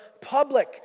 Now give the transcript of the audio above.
public